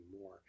more